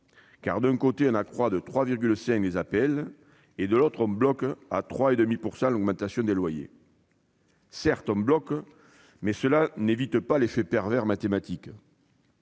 d'un côté, on accroît de 3,5 % les APL, et, de l'autre, on bloque à 3,5 % l'augmentation des loyers. Certes, on bloque, mais cela n'évite pas l'effet pervers mathématique